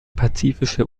pazifische